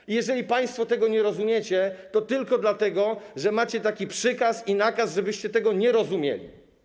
I jeżeli państwo tego nie rozumiecie, to tylko dlatego, że macie taki przykaz i nakaz, żebyście tego nie rozumieli.